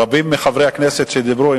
רבים מחברי הכנסת שדיברו,